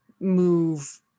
move